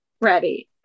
ready